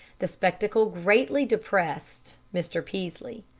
the spectacle greatly depressed mr. peaslee.